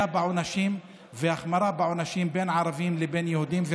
בעונשים בין ערבים לבין יהודים והחמרה בעונשים,